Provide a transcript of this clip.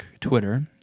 Twitter